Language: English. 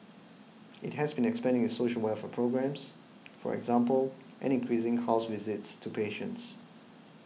it has been expanding its social welfare programmes for example and increasing house visits to patients